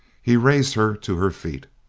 he raised her to her feet.